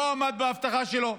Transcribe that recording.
הוא לא עמד בהבטחה שלו,